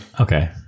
Okay